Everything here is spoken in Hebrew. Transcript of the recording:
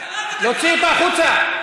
צא החוצה.)